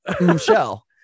Michelle